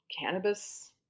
cannabis